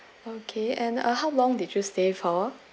okay and uh how long did you stay for